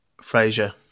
fraser